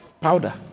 powder